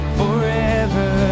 forever